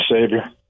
Savior